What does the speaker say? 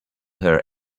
her